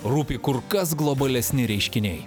rūpi kur kas globalesni reiškiniai